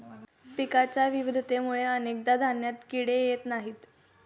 पिकांच्या विविधतेमुळे अनेकदा धान्यात किडे येत नाहीत